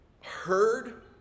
heard